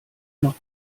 noch